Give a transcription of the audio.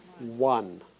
One